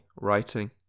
writing